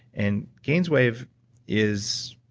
and gainswave is.